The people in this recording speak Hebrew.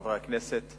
חבר הכנסת